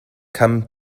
come